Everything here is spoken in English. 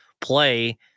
play